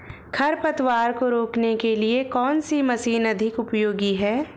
खरपतवार को रोकने के लिए कौन सी मशीन अधिक उपयोगी है?